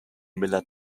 miller